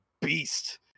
beast